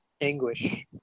anguish